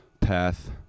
path